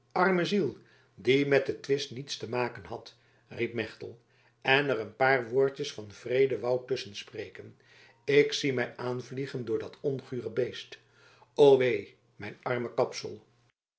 arme ziel die met den twist niets te maken had riep mechtelt en er een paar woordjes van vrede wou tusschen spreken ik zie mij aanvliegen door dat ongure beest o wee mijn arme kapsel